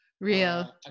Real